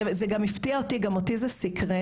זה גם הפתיע אותי וגם אותי זה סקרן.